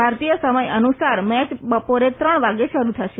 ભારતીય સમય અનુસાર મેચ બપોરે ત્રણ વાગે શરૂ થશે